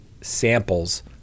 samples